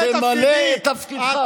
תמלא את תפקידך.